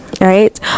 right